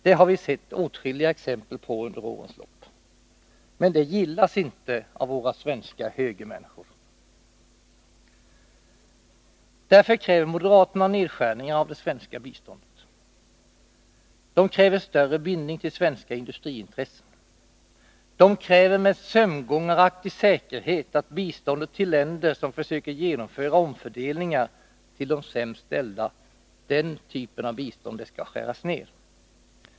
Det har vi under årens lopp sett åtskilliga exempel på. Men det gillas inte av våra svenska högermänniskor. Därför kräver moderaterna nedskärningar av det svenska biståndet. De kräver större bindning till svenska industriintressen. De kräver med sömngångaraktig säkerhet att biståndet till länder som försöker genomföra omfördelningar till de sämst ställda skall skäras ned.